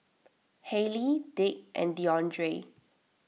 Haley Dick and Deondre